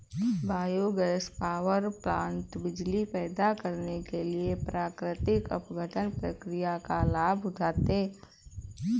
biogas power plant बिजली पैदा करने के लिए प्राकृतिक अपघटन प्रक्रिया का लाभ उठाते हैं